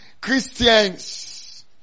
Christians